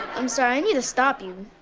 i'm sorry, i need to stop you.